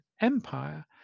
empire